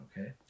okay